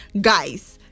guys